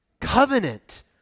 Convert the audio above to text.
covenant